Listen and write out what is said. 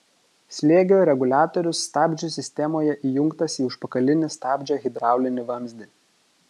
slėgio reguliatorius stabdžių sistemoje įjungtas į užpakalinį stabdžio hidraulinį vamzdį